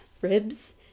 ribs